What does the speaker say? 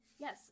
Yes